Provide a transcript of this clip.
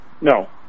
No